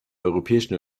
europäischen